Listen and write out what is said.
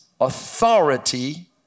authority